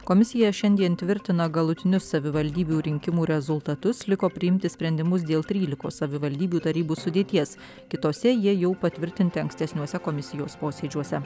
komisija šiandien tvirtina galutinius savivaldybių rinkimų rezultatus liko priimti sprendimus dėl trylikos savivaldybių tarybų sudėties kitose jie jau patvirtinti ankstesniuose komisijos posėdžiuose